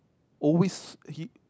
always he